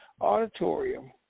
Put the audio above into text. Auditorium